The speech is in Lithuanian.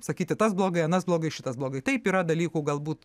sakyti tas blogai anas blogai šitas blogai taip yra dalykų galbūt